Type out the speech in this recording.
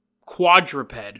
quadruped